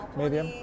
medium